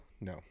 no